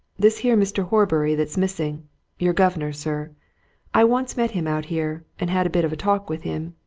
this here mr. horbury that's missing your governor, sir i once met him out here, and had a bit of talk with him,